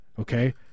Okay